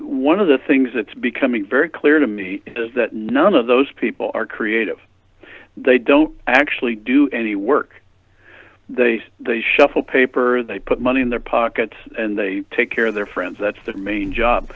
one of the things that's becoming very clear to me is that none of those people are creative they don't actually do any work they shuffle paper they put money in their pockets and they take care of their friends that's their main job